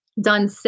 done